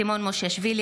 סימון מושיאשוילי,